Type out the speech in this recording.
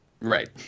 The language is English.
Right